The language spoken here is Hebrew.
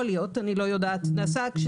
לא יודעים שזה קיים.